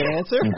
answer